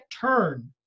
turn